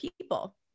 people